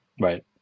Right